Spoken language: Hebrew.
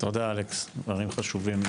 דברים חשובים.